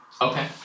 Okay